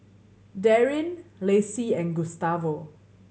Darrin Lacie and Gustavo